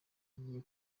rigiye